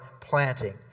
planting